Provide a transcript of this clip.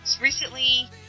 Recently